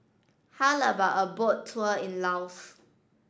how about a boat tour in Laos